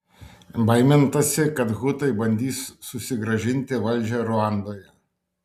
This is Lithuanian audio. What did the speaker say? baimintasi kad hutai bandys susigrąžinti valdžią ruandoje